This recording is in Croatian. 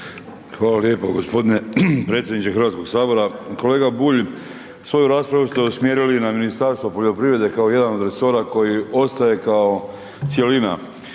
Hvala lijepo g. predsjedniče HS-a. Kolega Bulj. Svoju raspravu ste usmjerili na Ministarstvo poljoprivrede kao jedan od resora koji ostaje kao cjelina